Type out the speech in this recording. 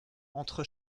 entre